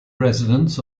residents